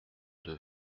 deux